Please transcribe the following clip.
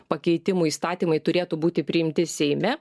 pakeitimų įstatymai turėtų būti priimti seime